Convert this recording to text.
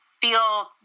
feel